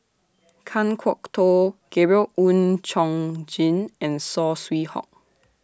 Kan Kwok Toh Gabriel Oon Chong Jin and Saw Swee Hock